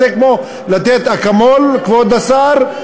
זה כמו לתת אקמול, כבוד השר,